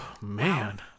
Man